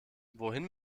wohin